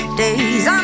days